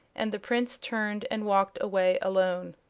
and the prince turned and walked away alone.